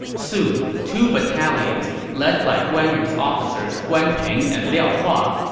soon, two battalions, led by guan yu's officers guan ping and liao hua,